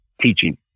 teaching